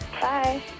Bye